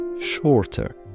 shorter